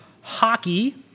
hockey